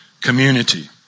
community